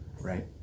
right